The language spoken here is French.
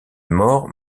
mort